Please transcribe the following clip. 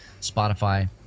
Spotify